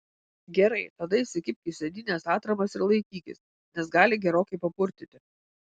gerai tada įsikibk į sėdynes atramas ir laikykis nes gali gerokai papurtyti